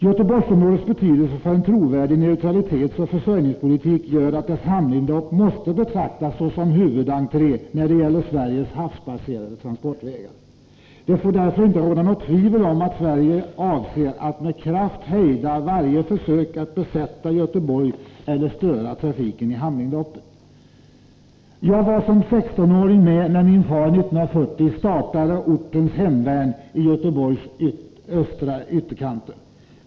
Göteborgsområdets betydelse för en trovärdig neutralitetsoch försörjningspolitik gör att dess hamninlopp måste betraktas såsom huvudentré när det gäller Sveriges havsbaserade transportvägar. Det får därför inte råda något tvivel om att Sverige avser att med kraft hejda varje försök att besätta Göteborg eller störa trafiken i hamninloppet. Jag var som 16-åring med när min far 1940 startade ortens hemvärn i Göteborgs östra ytterkant.